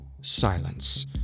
silence